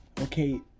Okay